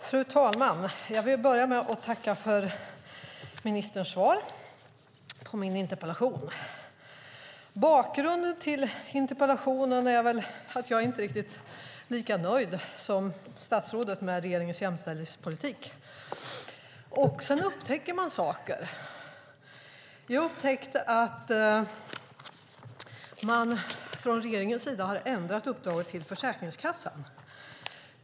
Fru talman! Jag tackar för statsrådets svar på min interpellation. Bakgrunden till interpellationen är att jag inte är riktigt lika nöjd som statsrådet med regeringens jämställdhetspolitik. Jag upptäckte att regeringen har ändrat uppdraget till Försäkringskassan.